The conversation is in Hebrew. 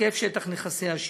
היקף שטח נכסיה,